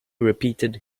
repeated